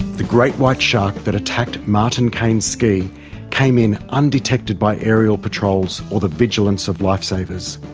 the great white shark that attacked martin kane's ski came in undetected by aerial patrols or the vigilance of lifesavers.